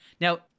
Now